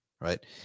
right